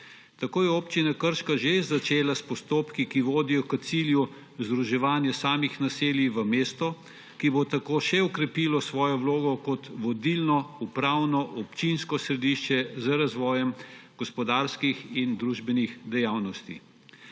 Tako je Občina Krško že začela s postopki, ki vodijo k cilju združevanja samih naselij v mesto, ki bo tako še okrepilo svojo vlogo kot vodilno upravno občinsko središče z razvojem gospodarskih in družbenih dejavnosti.